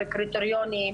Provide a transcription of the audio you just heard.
בקריטריונים,